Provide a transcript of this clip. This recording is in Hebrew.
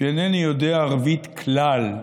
שאינני יודע ערבית כלל.